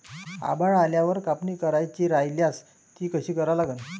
आभाळ आल्यावर कापनी करायची राह्यल्यास ती कशी करा लागन?